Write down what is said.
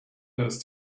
bills